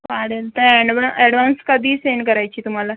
चालेल तर advance advance कधी सेंड करायची तुम्हाला